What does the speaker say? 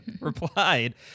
replied